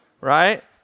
Right